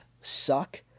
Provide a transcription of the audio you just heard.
suck